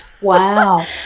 Wow